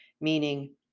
Meaning